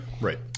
Right